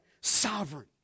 Sovereign